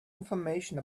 information